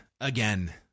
again